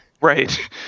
Right